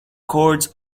courts